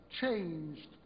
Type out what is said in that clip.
changed